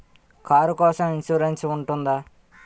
Car కోసం insurance ఉంటుందా?